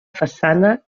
façana